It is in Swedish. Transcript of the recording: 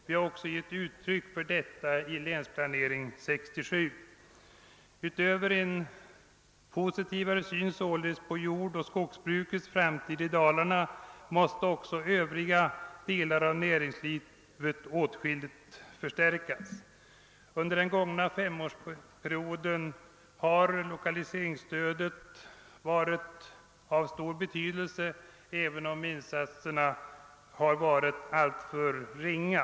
Vi har också givit uttryck för detta i länsplanering 1967. Utöver en positivare syn på jordoch skogsbrukets framtid i Dalarna måste övriga delar av näringslivet åtskilligt förstärkas. Under den gångna femårsperioden har lokaliseringsstödet varit av stor betydelse även om insatserna har varit alltför ringa.